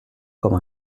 comme